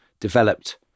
developed